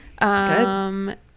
Good